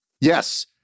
Yes